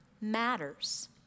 matters